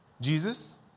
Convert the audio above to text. Jesus